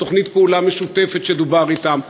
על תוכנית פעולה משותפת שדובר עליה אתם.